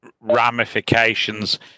ramifications